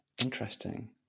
Interesting